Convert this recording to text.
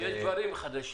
יש פה דברים חדשים